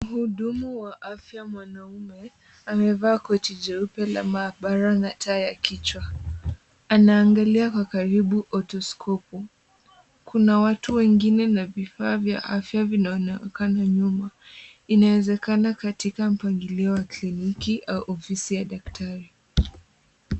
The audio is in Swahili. Mhudumu wa afya mwanaume amevaa koti jeupe la maabara na taa ya kichwa, anaangalia kwa karibu otoskopu . Kuna watu wengine na vifaa vya afya vinaonekana nyuma. Inawezekana katika mpangio wa kliniki au ofisi ya daktari.